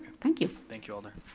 thank you. thank you alder.